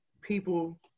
people